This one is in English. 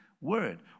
word